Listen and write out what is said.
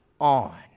on